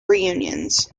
reunions